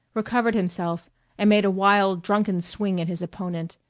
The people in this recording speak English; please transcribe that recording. recovered himself and made a wild drunken swing at his opponent,